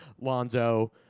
Lonzo